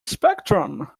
spectrum